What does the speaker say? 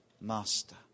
Master